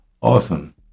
awesome